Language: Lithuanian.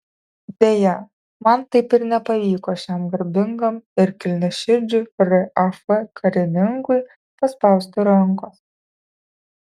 deja man taip ir nepavyko šiam garbingam ir kilniaširdžiui raf karininkui paspausti rankos